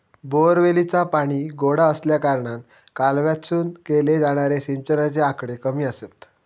बोअरवेलीचा पाणी गोडा आसल्याकारणान कालव्यातसून केले जाणारे सिंचनाचे आकडे कमी आसत